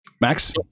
Max